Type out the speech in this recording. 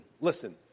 Listen